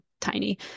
tiny